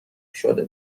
شده